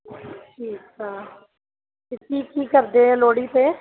ਠੀਕ ਆ ਅਤੇ ਕੀ ਕੀ ਕਰਦੇ ਆ ਲੋਹੜੀ 'ਤੇ